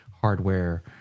hardware